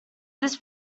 this